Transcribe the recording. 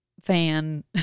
fan